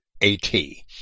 A-T